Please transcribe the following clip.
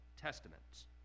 testaments